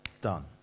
Done